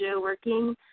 working